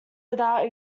without